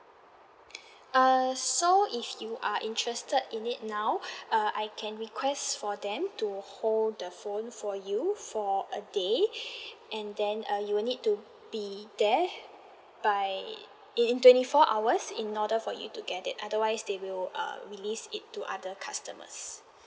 uh so if you are interested in it now uh I can request for them to hold the phone for you for a day and then uh you will need to be there by in in twenty four hours in order for you to get it otherwise they will uh release it to other customers